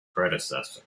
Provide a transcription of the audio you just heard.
predecessor